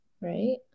right